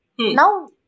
Now